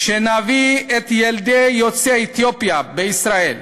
שנביא את ילדי יוצאי אתיופיה בישראל,